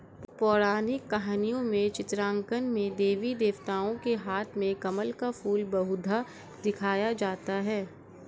पौराणिक कहानियों के चित्रांकन में देवी देवताओं के हाथ में कमल का फूल बहुधा दिखाया जाता है